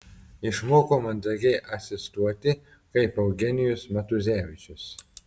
išmoko mandagiai asistuoti kaip eugenijus matuzevičius